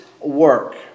work